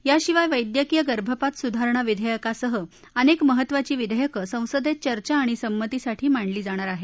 याशिवाय वैद्यकीय गर्भपात सुधारणा विधेयकासह अनेक महत्वाची विधेयकं संसदेत चर्चा आणि संमतीसाठी मांडली जाणार आहेत